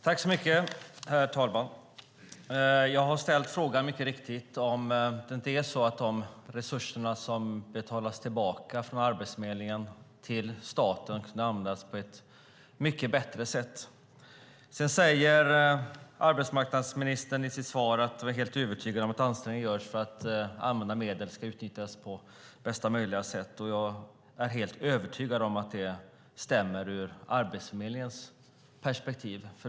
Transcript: Herr talman! Jag har mycket riktigt ställt frågan om det inte är så att de resurser som betalas tillbaka från Arbetsförmedlingen till staten kunde användas på ett mycket bättre sätt. Arbetsmarknadsministern säger i sitt svar att hon är helt övertygad om att ansträngningar görs för att anvisade medel ska utnyttjas på bästa möjliga sätt. Jag är helt övertygad om att det stämmer ur Arbetsförmedlingens perspektiv.